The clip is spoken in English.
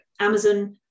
Amazon